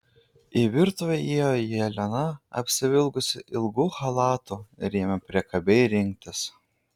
į virtuvę įėjo jelena apsivilkusi ilgu chalatu ir ėmė priekabiai rinktis